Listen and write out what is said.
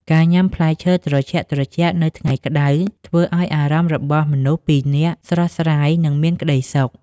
ការញ៉ាំផ្លែឈើត្រជាក់ៗនៅថ្ងៃក្ដៅ ធ្វើឱ្យអារម្មណ៍របស់មនុស្សពីរនាក់ស្រស់ស្រាយ និងមានក្ដីសុខ។